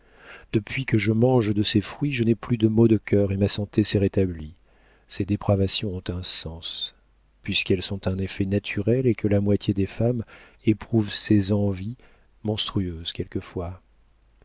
depuis que je mange de ces fruits je n'ai plus de maux de cœur et ma santé s'est rétablie ces dépravations ont un sens puisqu'elles sont un effet naturel et que la moitié des femmes éprouvent ces envies monstrueuses quelquefois